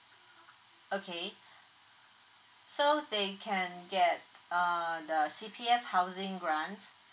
okay so they can get uh the C_P_F housing grant